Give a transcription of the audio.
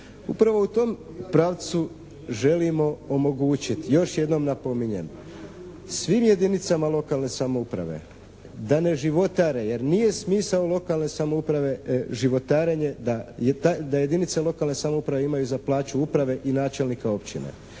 Upravo u tom pravcu želimo omogućiti, još jednom napominjem, svim jedinicama lokalne samouprave da ne životare jer nije smisao lokalne samouprave životarenje da jedinice lokalne samouprave imaju za plaću uprave i načelnika općine.